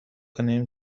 کنم